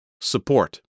Support